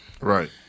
Right